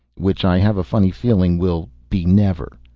which i have a funny feeling will be never.